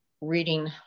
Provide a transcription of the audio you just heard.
reading